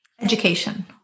Education